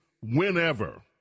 whenever